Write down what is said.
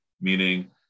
meaning